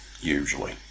usually